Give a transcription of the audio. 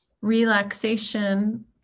relaxation